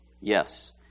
Yes